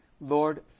Lord